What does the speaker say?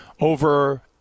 over